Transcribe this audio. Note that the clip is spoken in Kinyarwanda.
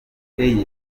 eye